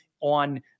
on